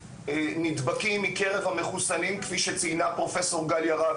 נדבקים בקרב המחוסנים כפי שציינה פרופ' גליה רהב,